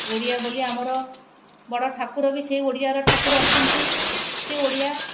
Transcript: ଓଡ଼ିଆ ବୋଲି ଆମର ବଡ଼ ଠାକୁର ବି ସେ ଓଡ଼ିଆର ଠାକୁର ଅଛନ୍ତି ସେ ଓଡ଼ିଆ